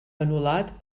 anul·lat